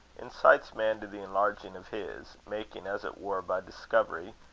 incites man to the enlarging of his, making, as it were, by discovery,